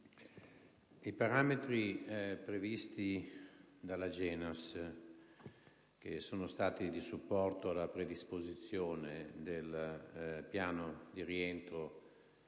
I parametri previsti dall'AGENAS, che sono stati di supporto alla predisposizione del Piano di rientro